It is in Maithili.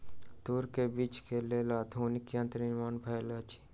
तूर के बीछै के लेल आधुनिक यंत्रक निर्माण भेल अछि